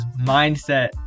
mindset